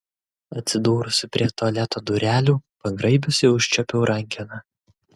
atsidūrusi prie tualeto durelių pagraibiusi užčiuopiau rankeną